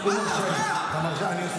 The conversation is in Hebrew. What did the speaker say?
מה?